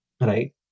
right